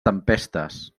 tempestes